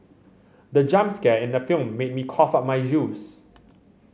the jump scare in the film made me cough out my juice